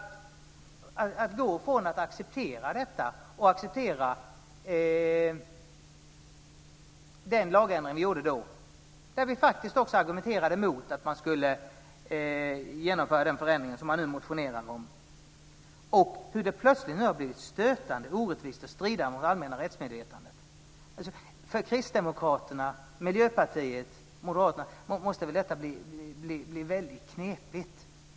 Man har gått från att acceptera den lagändring vi gjorde då - vi argumenterade faktiskt också emot att man skulle genomföra den förändring som man nu motionerar om - till att plötsligt anse att det har blivit stötande, orättvist och stridande mot det allmänna rättsmedvetandet. För Kristdemokraterna, Miljöpartiet och Moderaterna måste detta bli väldigt knepigt.